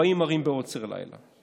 40 ערים בעוצר לילה.